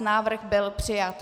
Návrh byl přijat.